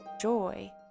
joy